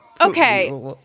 okay